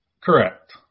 Correct